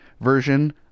version